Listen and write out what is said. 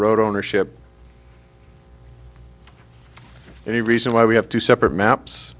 road ownership any reason why we have to separate maps